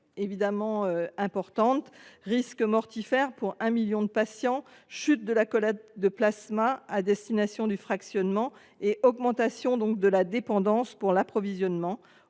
conséquences importantes : risques mortifères pour un million de patients, chute de la collecte de plasma à destination du fractionnement et augmentation de la dépendance pour l’approvisionnement.